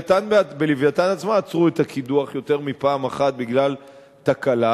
ב"לווייתן" עצמה עצרו את הקידוח יותר מפעם אחת בגלל תקלה,